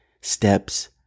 steps